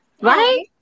Right